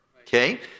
okay